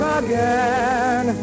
again